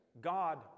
God